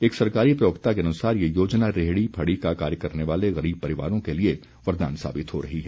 एक सरकारी प्रवक्ता के अनुसार ये योजना रेहड़ी फड़ी का कार्य करने वाले गरीब परिवारों के लिए वरदान साबित हो रही है